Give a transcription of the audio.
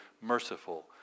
merciful